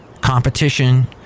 competition